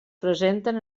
presenten